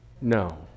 No